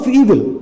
evil